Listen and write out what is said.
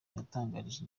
yatangarije